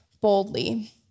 boldly